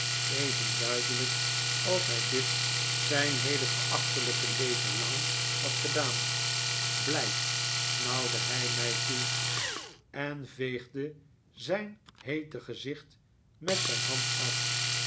even duidelijk als hij dit zijn heele verachtelijke leven lang had gedaan blijf snauwde hij mij toe en veegde zijn heete gezicht met zijn hand af